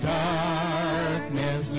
darkness